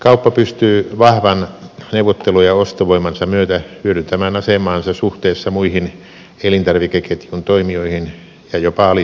kauppa pystyy vahvan neuvottelu ja ostovoimansa myötä hyödyntämään asemaansa suhteessa muihin elintarvikeketjun toimijoihin ja jopa alistamaan ne